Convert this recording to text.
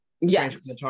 yes